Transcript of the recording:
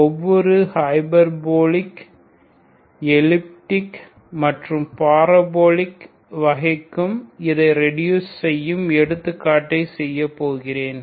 ஒவ்வொரு hyperbolic elliptic மற்றும் parabolic வகைக்கும் இதை ரெடியூஸ் செய்யும் எடுத்துக்காட்டை செய்யப்போகிறேன்